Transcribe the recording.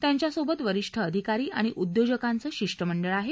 त्यांच्यासोबत वरिष्ठ अधिकारी आणि उद्योजकांचं शिष्टमंडळ आहे